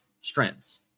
strengths